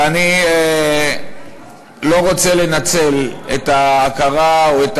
ואני לא רוצה לנצל את ההכרה או את